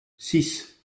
six